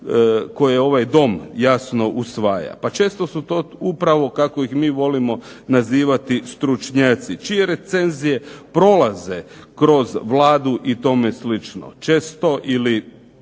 koje ovaj Dom jasno usvaja, pa često su to kako ih mi volimo nazivati, stručnjaci, čije recenzije prolaze, kroz Vladu i tome slično, često ili